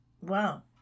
Wow